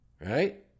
Right